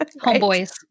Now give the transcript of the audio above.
homeboys